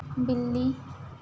बिल्ली